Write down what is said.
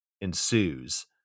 ensues